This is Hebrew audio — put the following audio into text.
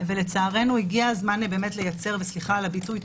ולצערנו הגיע הזמן לייצר וסליחה על הביטוי,